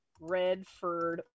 redford